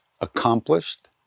accomplished